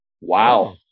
Wow